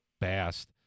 Bast